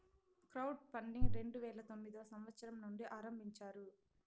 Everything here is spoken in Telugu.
క్రౌడ్ ఫండింగ్ రెండు వేల తొమ్మిదవ సంవచ్చరం నుండి ఆరంభించారు